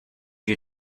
you